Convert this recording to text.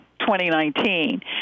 2019